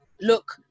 look